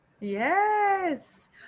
Yes